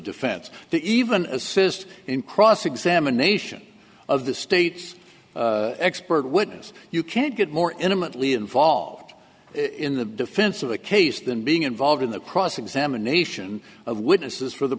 defense to even assist in cross examination of the state's expert witness you can't get more intimately involved in the defense of the case than being involved in the cross examination of witnesses for the